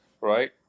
right